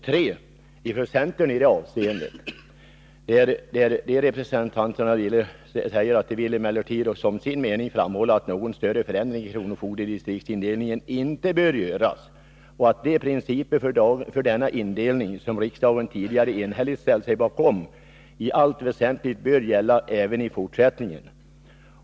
De föreslår där följande lydelse av utskottsskrivningen: ”Utskottet vill emellertid som sin mening framhålla att någon större förändring i kronofogdedistriktsindelningen inte bör göras och att de principer för denna indelning som riksdagen tidigare enhälligt ställt sig bakom i allt väsentligt bör gälla även i fortsättningen.